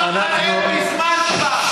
מזמן כבר.